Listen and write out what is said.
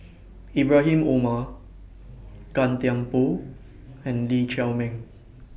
Ibrahim Omar Gan Thiam Poh and Lee Chiaw Meng